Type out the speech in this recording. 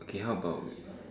okay how about